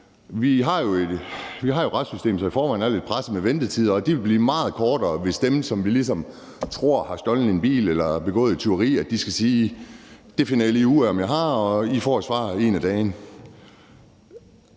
vi har jo et retssystem, som i forvejen er lidt presset med hensyn til ventetiderne, og de ville blive meget kortere, hvis dem, som man ligesom tror har stjålet en bil eller begået et tyveri, skulle sige: Det finder jeg lige ud af om jeg har, og I får et svar en af dagene.